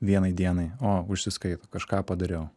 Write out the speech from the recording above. vienai dienai o užsiskaito kažką padariau